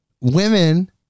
women